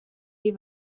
die